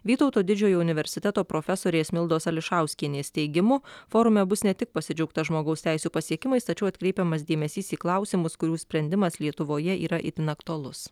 vytauto didžiojo universiteto profesorės mildos ališauskienės teigimu forume bus ne tik pasidžiaugta žmogaus teisių pasiekimais tačiau atkreipiamas dėmesys į klausimus kurių sprendimas lietuvoje yra itin aktualus